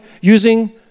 using